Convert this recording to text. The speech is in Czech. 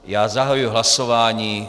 Já zahajuji hlasování.